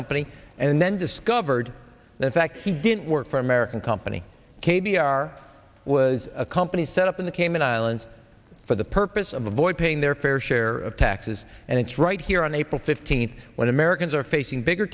company and then discovered the fact he didn't work for an american company k b r was a company set up in the cayman islands for the purpose of avoid paying their fair share of taxes and it's right here on april fifteenth when americans are facing bigger